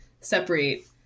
separate